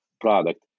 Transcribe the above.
product